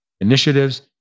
initiatives